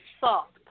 soft